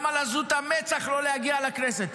גם על עזות המצח לא להגיע לכנסת.